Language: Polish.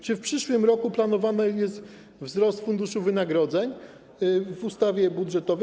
Czy w przyszłym roku planowany jest wzrost funduszu wynagrodzeń w ustawie budżetowej?